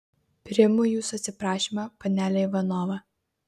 priimu jūsų atsiprašymą panele ivanova